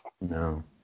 No